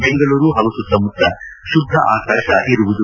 ಬೆಂಗಳೂರು ಹಾಗೂ ಸುತ್ತಮುತ್ತ ಶುಭ್ಧ ಆಕಾಶ ಇರಲಿದ್ದು